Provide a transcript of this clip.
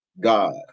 god